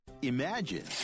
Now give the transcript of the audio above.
imagine